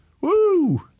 Woo